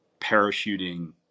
parachuting